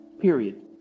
Period